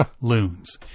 loons